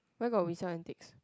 where got we sell antiques